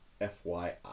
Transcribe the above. FYI